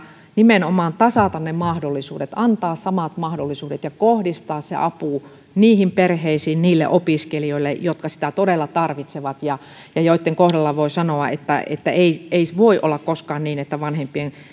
nimenomaan tasata ne mahdollisuudet antaa samat mahdollisuudet ja kohdistaa se apu niihin perheisiin ja niille opiskelijoille jotka sitä todella tarvitsevat ja ja joitten kohdalla voi sanoa ei ei voi olla koskaan niin että vanhempien